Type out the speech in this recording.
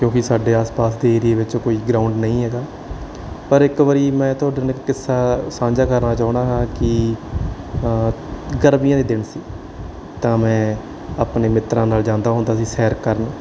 ਕਿਉਂਕਿ ਸਾਡੇ ਆਸ ਪਾਸ ਦੇ ਏਰੀਏ ਵਿੱਚ ਕੋਈ ਗਰਾਊਂਡ ਨਹੀਂ ਹੈ ਪਰ ਇੱਕ ਵਾਰੀ ਮੈਂ ਤੁਹਾਡੇ ਨਾਲ ਇੱਕ ਕਿੱਸਾ ਸਾਂਝਾ ਕਰਨਾ ਚਾਹੁੰਦਾ ਹਾਂ ਕਿ ਗਰਮੀਆਂ ਦੇ ਦਿਨ ਸੀ ਤਾਂ ਮੈਂ ਆਪਣੇ ਮਿੱਤਰਾਂ ਨਾਲ ਜਾਂਦਾ ਹੁੰਦਾ ਸੀ ਸੈਰ ਕਰਨ